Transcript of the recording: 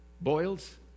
boils